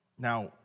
Now